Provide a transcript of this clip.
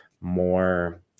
more